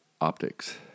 optics